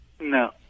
no